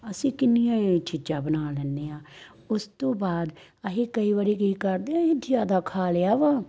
ਅਸੀਂ ਕਿੰਨੀਆਂ ਹੀ ਚੀਜ਼ਾਂ ਬਣਾ ਲੈਂਦੇ ਹਾਂ ਉਸ ਤੋਂ ਬਾਅਦ ਅਸੀਂ ਕਈ ਵਾਰੀ ਕੀ ਕਰਦੇ ਅਸੀਂ ਜ਼ਿਆਦਾ ਖਾ ਲਿਆ ਵਾ